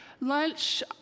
Lunch